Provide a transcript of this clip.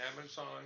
Amazon